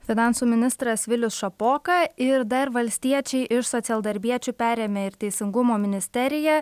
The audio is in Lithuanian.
finansų ministras vilius šapoka ir dar valstiečiai iš socialdarbiečių perėmė ir teisingumo ministeriją